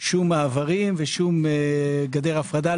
שום מעברים ושום גדר הפרדה.